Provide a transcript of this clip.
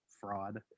fraud